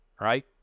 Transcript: right